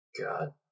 God